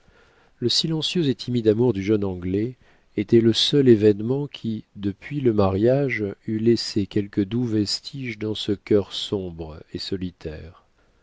le silencieux et timide amour du jeune anglais était le seul événement qui depuis le mariage eût laissé quelques doux vestiges dans ce cœur sombre et solitaire